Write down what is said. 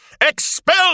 expel